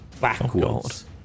backwards